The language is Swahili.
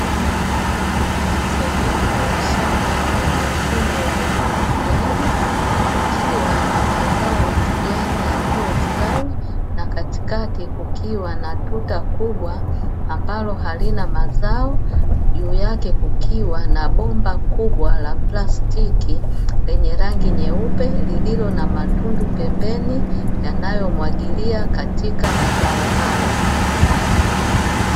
Sehemu ya shamba yenye mfumo wa umwagiliaji kukiwa na mazao ya kijani yaliyostawi na katikati kukiwa na tuta kubwa ambalo halina mazao; juu yake kukiwa na bomba kubwa la plastiki lenye rangi nyeupe lililo na matundu pembeni yanayomwagilia katika mazao hayo.